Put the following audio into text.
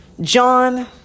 John